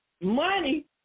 Money